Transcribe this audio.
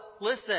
Listen